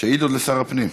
שאילתות לשר הפנים.